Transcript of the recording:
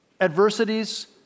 adversities